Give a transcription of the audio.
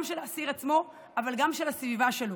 גם של האסיר עצמו וגם של הסביבה שלו.